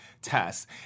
tests